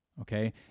okay